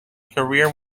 career